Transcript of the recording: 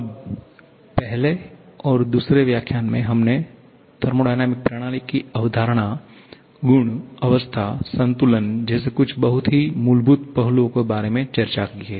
अब पहले और दूसरे व्याख्यान में हमने थर्मोडायनामिक प्रणाली की अवधारणा गुण अवस्था संतुलन जैसे कुछ बहुत ही मूलभूत पहलुओं के बारे में चर्चा की है